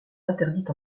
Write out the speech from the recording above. interdite